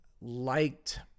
liked